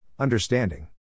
Understanding